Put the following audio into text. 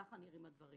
כך נראים הדברים.